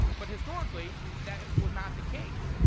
but historically, that was not the case.